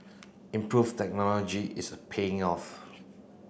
improved technology is paying off